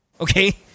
Okay